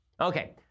Okay